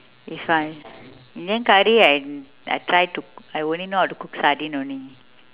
if uh indian curry I I try to I only know how to cook sardine only